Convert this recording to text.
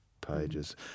pages